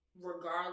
regardless